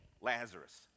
Lazarus